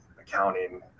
accounting